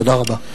תודה רבה.